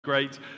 Great